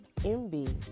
MB